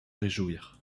réjouir